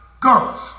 girls